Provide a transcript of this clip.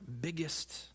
biggest